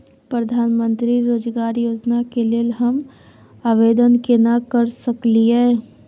प्रधानमंत्री रोजगार योजना के लेल हम आवेदन केना कर सकलियै?